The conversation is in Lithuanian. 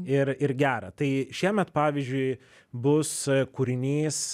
ir ir gera tai šiemet pavyzdžiui bus kūrinys